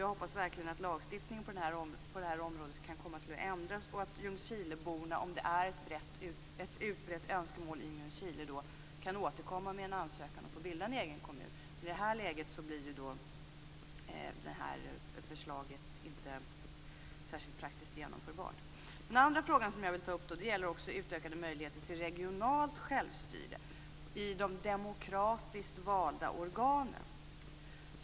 Jag hoppas verkligen att lagstiftningen på det här området kan komma att ändras och att Ljungskileborna, om det är ett utbrett önskemål, kan återkomma med en ansökan om att få bilda egen kommun. I det här läget blir ju inte det här förslaget särskilt praktiskt genomförbart. Den andra fråga som jag vill ta upp gäller utökade möjligheter till regionalt självstyre i de demokratiskt valda organen.